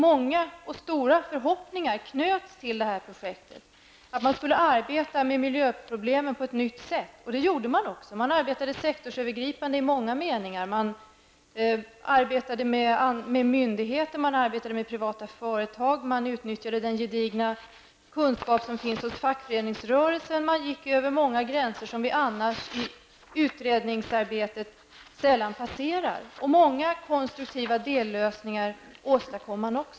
Många och stora förhoppningar knöts till projektet om att man skulle arbeta med miljöproblemen på ett nytt sätt. Det gjorde man också. Man arbetade sektorsövergripande i många avseenden. Man arbetade med myndigheter och privata företag. Man utnyttjade den gedigna kunskap som finns hos fackföreningsrörelsen, och man gick över många gränser som ett utredningsarbete annars sällan passerar. Man åstadkom också många konstruktiva dellösningar.